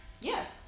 Yes